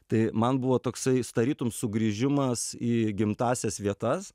tai man buvo toksais tarytum sugrįžimas į gimtąsias vietas